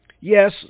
yes